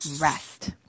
rest